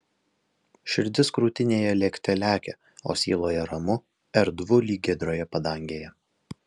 širdis krūtinėje lėkte lekia o sieloje ramu erdvu lyg giedroje padangėje